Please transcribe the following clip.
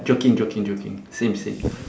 joking joking joking same same